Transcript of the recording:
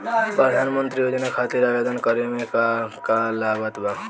प्रधानमंत्री योजना खातिर आवेदन करे मे का का लागत बा?